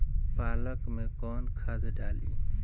पालक में कौन खाद डाली?